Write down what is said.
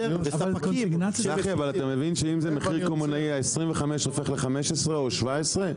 צחי אבל אתה מבין שאם זה מחיר קמעונאי המחיר ה- 25 הופך ל- 15 או 17?